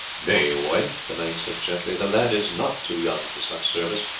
nay, wife, the knight said gently, the lad is not too young for such service.